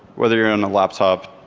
whether you're on a laptop,